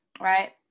right